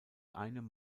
einem